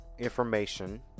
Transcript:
information